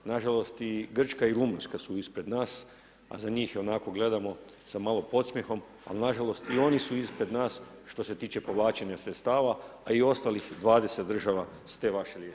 Nažalost i Grčka i Rumunjska su ispred nas, a za njih onako gledamo sa malo podsmijehom, al nažalost i oni su ispred nas, što se tiče povlačenja sredstava, a i ostalih 20 država s te vaše ljestvice.